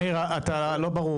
מאיר אתה לא ברור